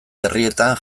herrietan